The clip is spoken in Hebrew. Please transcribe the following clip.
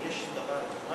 אם יש משהו יותר מפורט.